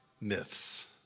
myths